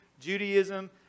Judaism